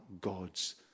God's